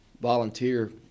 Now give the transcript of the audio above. volunteer